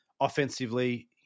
Offensively